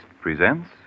presents